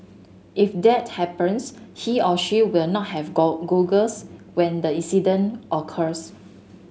if that happens he or she will not have goggles when the incident occurs